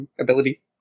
ability